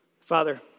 Father